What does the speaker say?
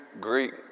Greek